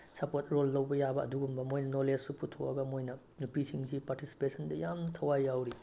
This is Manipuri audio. ꯁꯞꯄꯣꯔꯠ ꯔꯣꯜ ꯂꯧꯕ ꯌꯥꯕ ꯑꯗꯨꯒꯨꯝꯕ ꯃꯣꯏ ꯅꯣꯂꯦꯖꯁꯨ ꯄꯨꯊꯣꯛꯑꯒ ꯃꯣꯏꯅ ꯅꯨꯄꯤꯁꯤꯡꯁꯤ ꯄꯥꯔꯇꯤꯁꯤꯄꯦꯁꯟꯗ ꯌꯥꯝꯅ ꯊꯋꯥꯏ ꯌꯥꯎꯔꯤ